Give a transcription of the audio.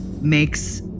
makes